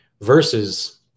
Versus